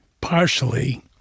Partially